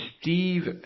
Steve